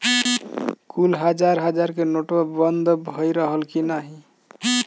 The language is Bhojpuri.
कुल हजार हजार के नोट्वा बंद भए रहल की नाही